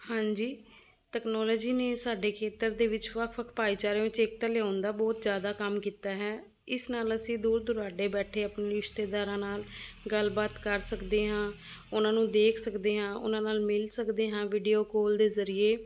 ਹਾਂਜੀ ਟੈਕਨੋਲੋਜੀ ਨੇ ਸਾਡੇ ਖੇਤਰ ਦੇ ਵਿੱਚ ਵੱਖ ਵੱਖ ਭਾਈਚਾਰੇ ਵਿੱਚ ਏਕਤਾ ਲਿਆਉਣ ਦਾ ਬਹੁਤ ਜ਼ਿਆਦਾ ਕੰਮ ਕੀਤਾ ਹੈ ਇਸ ਨਾਲ ਅਸੀਂ ਦੂਰ ਦੁਰਾਡੇ ਬੈਠੇ ਆਪਣੇ ਰਿਸ਼ਤੇਦਾਰਾਂ ਨਾਲ ਗੱਲਬਾਤ ਕਰ ਸਕਦੇ ਹਾਂ ਉਹਨਾਂ ਨੂੰ ਦੇਖ ਸਕਦੇ ਹਾਂ ਉਹਨਾਂ ਨਾਲ ਮਿਲ ਸਕਦੇ ਹਾਂ ਵੀਡੀਓ ਕਾਲ ਦੇ ਜ਼ਰੀਏ